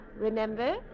remember